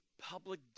Public